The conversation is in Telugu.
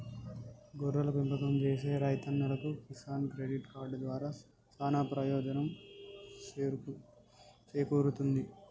గొర్రెల పెంపకం సేసే రైతన్నలకు కిసాన్ క్రెడిట్ కార్డు దారా సానా పెయోజనం సేకూరుతుంది